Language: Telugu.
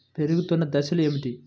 పెరుగుతున్న దశలు ఏమిటి?